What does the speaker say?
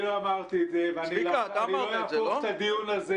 אני לא אמרתי את זה ואני לא אהפוך את הדיון הזה